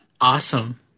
Awesome